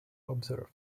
observed